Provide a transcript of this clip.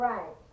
Right